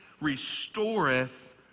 restoreth